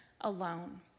alone